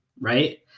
Right